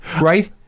right